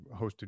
hosted